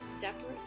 separate